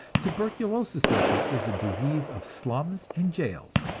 tuberculosis, therefore, is a disease of slums and jails.